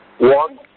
One